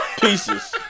Pieces